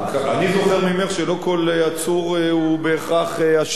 אני זוכר ממך שלא כל עצור הוא בהכרח אשם.